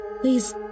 please